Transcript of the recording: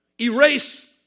Erase